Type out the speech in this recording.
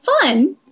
Fun